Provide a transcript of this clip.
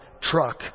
truck